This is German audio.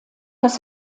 das